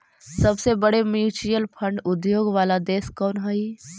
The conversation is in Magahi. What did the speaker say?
सबसे बड़े म्यूचुअल फंड उद्योग वाला देश कौन हई